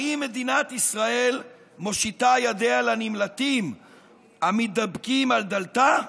האם מדינת ישראל מושיטה ידיה לנמלטים המתדפקים על דלתה?